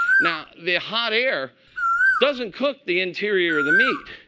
now, the hot air doesn't cook the interior of the meat.